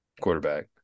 quarterback